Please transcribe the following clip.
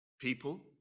people